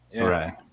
right